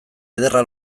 ederra